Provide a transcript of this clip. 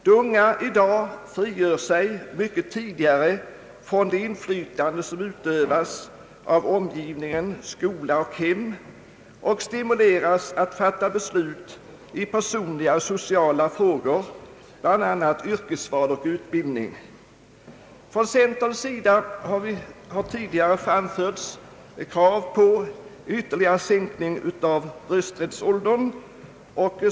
De unga i dag frigör sig mycket tidigare från det inflytande som utövas av omgivningen, skola och hem, och de unga stimuleras att fatta beslut i personliga och sociala frågor, bl.a. om yrkesval och utbildning. Från centerpartiets sida har tidigare framförts krav på ytterligare sänkning av rösträttsåldern.